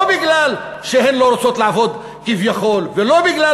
לא מפני שהן לא רוצות לעבוד כביכול ולא בגלל